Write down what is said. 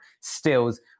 stills